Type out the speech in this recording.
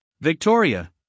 Victoria